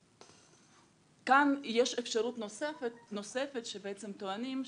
כאן יש אפשרות נוספת שבעצם טוענים,